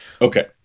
Okay